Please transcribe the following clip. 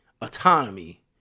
autonomy